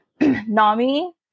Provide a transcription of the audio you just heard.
NAMI